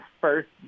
first